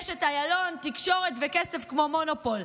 יש את איילון, תקשורת וכסף כמו מונופול.